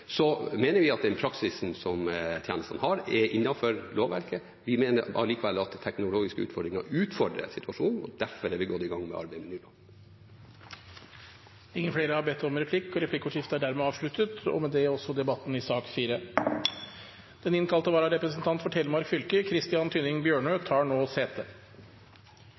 mener vi at den praksisen som tjenesten har, er innenfor lovverket. Vi mener allikevel at teknologiske utfordringer utfordrer situasjonen, og derfor har vi gått i gang med arbeidet med en ny lov. Replikkordskiftet er dermed omme. Flere har ikke bedt om ordet til sak nr. 4. Den innkalte vararepresentant for Telemark fylke, Christian Tynning Bjørnø , tar nå sete.